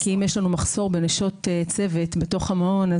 כי אם יש לנו מחסור בנשות צוות בתוך המעון,